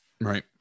right